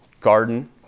garden